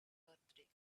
birthday